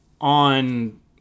on